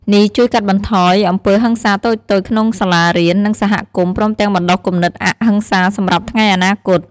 នេះជួយកាត់បន្ថយអំពើហិង្សាតូចៗក្នុងសាលារៀន និងសហគមន៍ ព្រមទាំងបណ្ដុះគំនិតអហិង្សាសម្រាប់ថ្ងៃអនាគត។